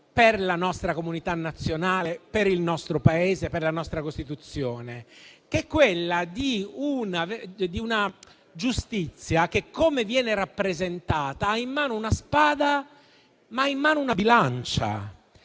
per la nostra comunità nazionale, per il nostro Paese, per la nostra Costituzione. La giustizia, per come viene rappresentata, ha in mano una spada ma anche una bilancia